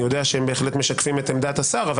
אני יודע שהם בהחלט משקפים את עמדת השר.